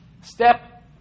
step